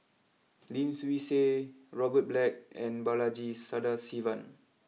Lim Swee Say Robert Black and Balaji Sadasivan